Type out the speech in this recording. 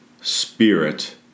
spirit